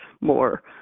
more